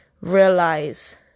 realize